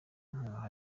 nk’aho